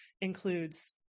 includes